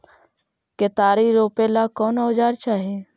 केतारी रोपेला कौन औजर चाही?